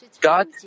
God